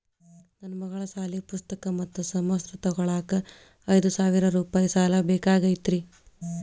ನನ್ನ ಮಗಳ ಸಾಲಿ ಪುಸ್ತಕ್ ಮತ್ತ ಸಮವಸ್ತ್ರ ತೊಗೋಳಾಕ್ ಐದು ಸಾವಿರ ರೂಪಾಯಿ ಸಾಲ ಬೇಕಾಗೈತ್ರಿ